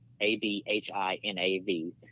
A-B-H-I-N-A-V